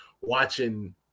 watching